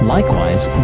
Likewise